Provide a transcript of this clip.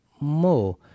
more